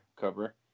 cover